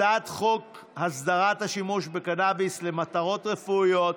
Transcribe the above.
הצעת חוק הסדרת השימוש בקנביס למטרות רפואיות,